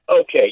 okay